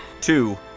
Two